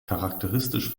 charakteristisch